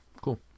Cool